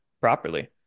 properly